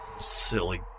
Silly